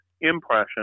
impression